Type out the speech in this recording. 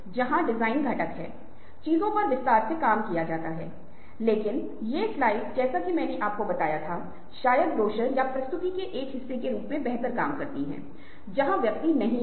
इसलिए मुझे उम्मीद है कि उदाहरण के लिए यदि आप वैश्विक सुरक्षा के लिए सोशल मीडिया का उपयोग करके पुस्तक प्राप्त करने का प्रबंधन कर सकते हैं तो यह आपको बहुत जानकारी देगा कि यह प्रक्रिया कैसे होती है